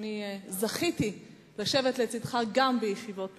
ואני זכיתי לשבת לצדך גם בישיבות ממשלה,